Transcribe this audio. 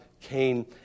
Cain